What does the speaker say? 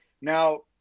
Now